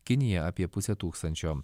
kinija apie pusę tūkstančio